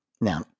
Now